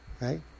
right